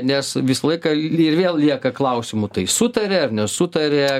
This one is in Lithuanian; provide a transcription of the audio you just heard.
nes visą laiką ir vėl lieka klausimų tai sutaria ar nesutaria